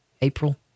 April